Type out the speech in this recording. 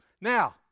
Now